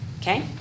okay